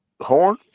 Horn